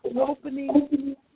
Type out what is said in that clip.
opening